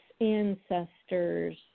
ancestors